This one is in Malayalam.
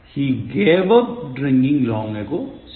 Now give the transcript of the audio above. He gave up drinking long ago ശരി